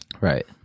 right